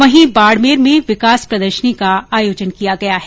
वहीं बाडमेर में विकास प्रदर्शनी का आयोजन किया गया है